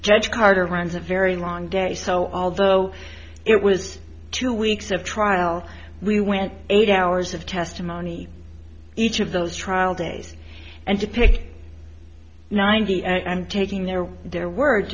judge carter runs a very long day so although it was two weeks of trial we went eight hours of testimony each of those trial days and to pick ninety and taking their their word